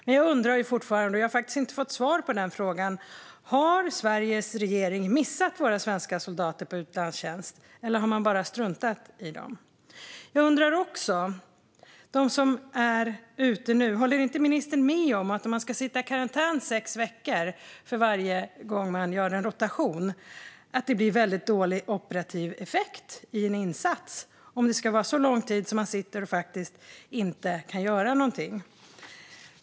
Men jag undrar fortfarande, och jag har faktiskt inte fått svar på den frågan, om Sveriges regering har missat våra svenska soldater i utlandstjänst eller om man bara har struntat i dem. Jag undrar också, angående de soldater som är ute nu, om inte ministern håller med om att det blir väldigt dålig operativ effekt i en insats om man ska sitta i karantän och inte kunna göra någonting i sex veckor för varje gång man gör en rotation.